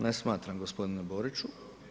Ne smatram gospodine Boriću.